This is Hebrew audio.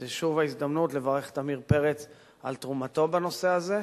זו שוב ההזדמנות לברך את עמיר פרץ על תרומתו בנושא הזה.